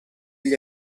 gli